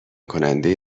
کننده